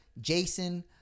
Jason